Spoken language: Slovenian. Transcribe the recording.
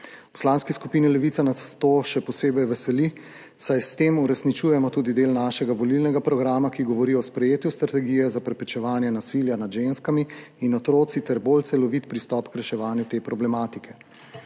Poslanski skupini Levica nas to še posebej veseli, saj s tem uresničujemo tudi del našega volilnega programa, ki govori o sprejetju strategije za preprečevanje nasilja nad ženskami in otroci ter bolj celovit pristop k reševanju te problematike.